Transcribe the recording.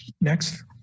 Next